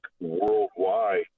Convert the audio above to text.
worldwide